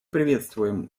приветствуем